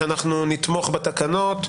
שאנחנו נתמוך בתקנות,